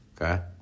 Okay